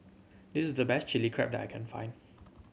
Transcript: this's the best Chili Crab that I can find